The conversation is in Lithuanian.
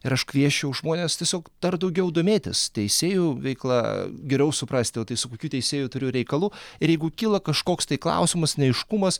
ir aš kviesčiau žmones tiesiog dar daugiau domėtis teisėjų veikla geriau suprasti o tai su kokiu teisėju turiu reikalų ir jeigu kyla kažkoks tai klausimas neaiškumas